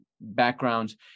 backgrounds